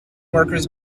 workers